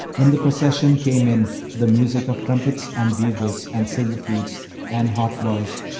when the procession came in to the music of trumpets and bugles and silver flutes and hautboys!